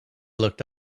looked